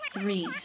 Three